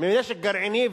מנשק גרעיני,